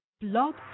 Blog